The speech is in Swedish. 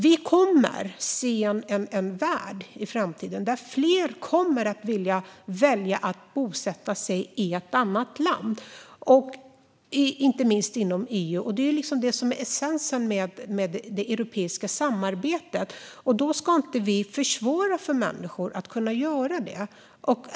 Vi kommer i framtiden att se en värld där fler kommer att vilja bosätta sig i ett annat land, inte minst inom EU. Det är liksom essensen med det europeiska samarbetet, och då ska vi inte försvåra för människor att göra det.